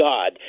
God